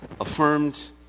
affirmed